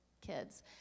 kids